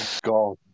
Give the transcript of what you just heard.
God